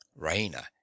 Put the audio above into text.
Raina